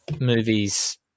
movies